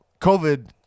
COVID